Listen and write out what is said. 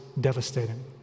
devastating